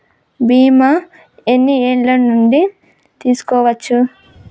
బీమా ఎన్ని ఏండ్ల నుండి తీసుకోవచ్చు?